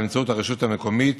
באמצעות הרשות המקומית